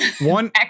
one